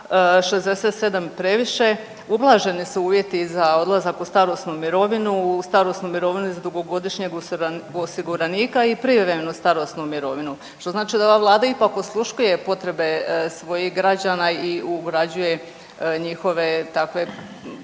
67 previše, ublaženi su uvjeti za odlazak u starosnu mirovinu, u starosnu mirovinu za dugogodišnjeg osiguranika i prijevremenu starosnu mirovinu što znači da ova vlada ipak osluškuje potrebe svojih građana i ugrađuje njihove takve